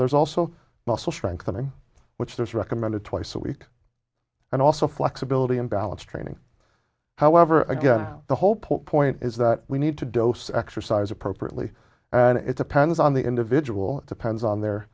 there's also muscle strengthening which there's recommended twice a week and also flexibility in balance training however again the whole point is that we need to dose exercise appropriately and it depends on the individual depends on their